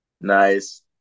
Nice